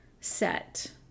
set